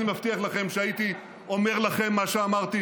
אני מבטיח לכם שהייתי אומר לכם מה שאמרתי